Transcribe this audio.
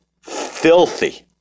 filthy